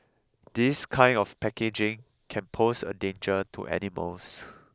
this kind of packaging can pose a danger to animals